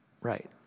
right